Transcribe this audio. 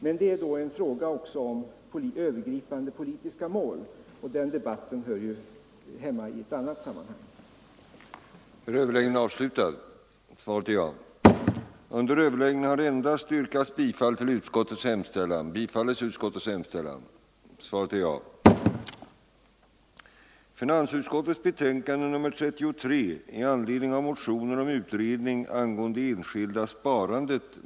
Men det gäller här också en fråga om övergripande politiska mål, och den debatten hör hemma i annat sammanhang än detta.